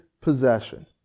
possession